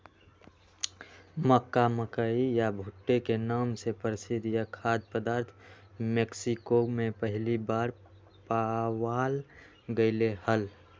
मक्का, मकई या भुट्टे के नाम से प्रसिद्ध यह खाद्य पदार्थ मेक्सिको में पहली बार पावाल गयले हल